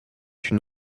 une